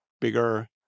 bigger